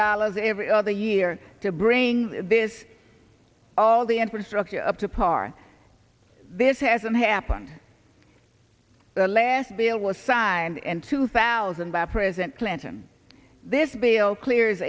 dollars every other year to bring this all the infrastructure up to par this hasn't happened the last bill was signed in two thousand by president clinton this bill clears